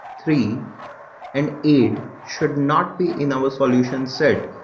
three and eight should not be in our solution set.